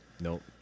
Nope